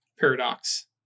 paradox